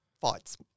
fights